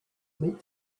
meat